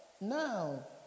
now